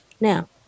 Now